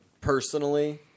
personally